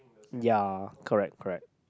ya correct correct